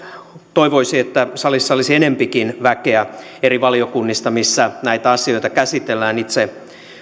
toivoisi että salissa olisi enempikin väkeä eri valiokunnista missä näitä asioita käsitellään itse